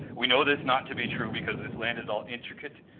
we know this not to be true because this land is all intricate,